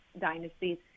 dynasties